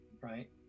Right